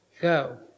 Go